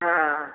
हँ